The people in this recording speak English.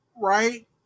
right